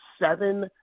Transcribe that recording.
seven